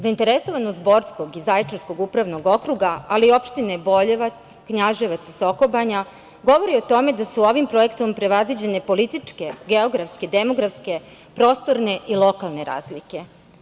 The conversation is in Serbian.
Zainteresovanost Borskog i Zaječarskog upravnog okruga, ali i opštine Boljevac, Knjaževac i Sokobanja, govori o tome da su ovim projektom prevaziđene političke, geografske, demografske, prostorne i lokalne razlike.